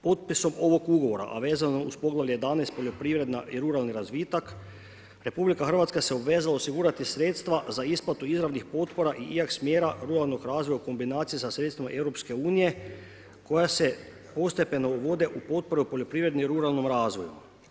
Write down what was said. Potpisom ovog ugovora, a vezano uz poglavlje 11 poljoprivredna i ruralni razvitak, RH se obvezala osigurati sredstva za isplatu izravnih potpora i … ruralnog razvoja u kombinaciji sa sredstvima EU koja se postepeno uvode u potpore o poljoprivrednom i ruralnom razvoju.